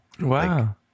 wow